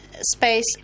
space